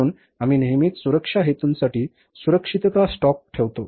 म्हणून आम्ही नेहमीच सुरक्षा हेतूंसाठी सुरक्षितता स्टॉक ठेवतो